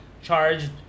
charged